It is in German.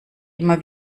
immer